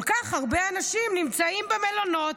כל כך הרבה אנשים נמצאים במלונות.